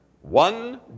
one